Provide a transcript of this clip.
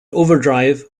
overdrive